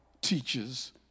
teaches